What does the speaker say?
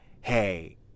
hey